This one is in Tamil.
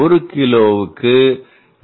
ஒரு கிலோவுக்கு 2